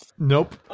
Nope